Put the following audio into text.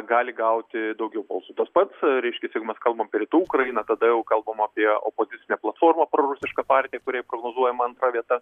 gali gauti daugiau balsų tas pats reiškias jeigu mes kalbam rytų ukrainą tada jau kalbama apie opozicinę platformą prorusiška partija kuriai prognozuojama antra vieta